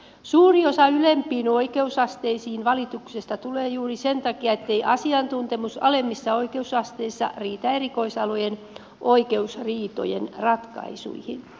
suuri osa valituksista ylempiin oikeusasteisiin tulee juuri sen takia ettei asiantuntemus alemmissa oikeusasteissa riitä erikoisalojen oikeusriitojen ratkaisuihin